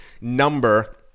number